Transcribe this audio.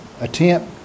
attempt